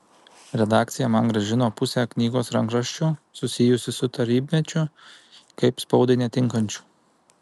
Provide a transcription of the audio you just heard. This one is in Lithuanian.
redakcija man grąžino pusę knygos rankraščių susijusių su tarybmečiu kaip spaudai netinkančių